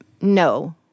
no